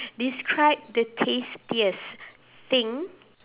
describe the tastiest thing